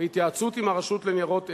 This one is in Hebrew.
בהתייעצות עם הרשות לניירות ערך,